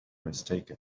mistaken